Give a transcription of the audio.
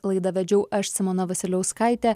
laidą vedžiau aš simona vasiliauskaitė